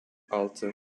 altı